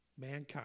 mankind